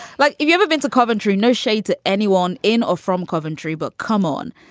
like, have you ever been to coventry? no shade to anyone in or from coventry. but come on,